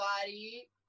body